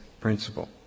principle